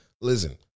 Listen